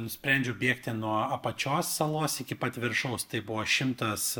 nusprendžiau bėgti nuo apačios salos iki pat viršaus tai buvo šimtas